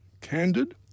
candid